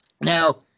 Now